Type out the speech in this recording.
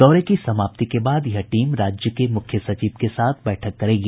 दौरे की समाप्ति के बाद यह टीम राज्य के मुख्य सचिव के साथ बैठक करेगी